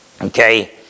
Okay